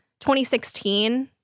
2016